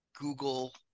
Google